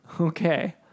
Okay